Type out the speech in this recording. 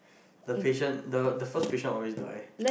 the patient the the first patient always die